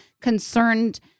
concerned